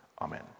Amen